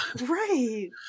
Right